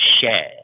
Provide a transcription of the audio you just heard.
share